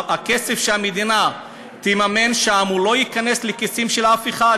הכסף שהמדינה תממן שם לא ייכנס לכיסים של אף אחד,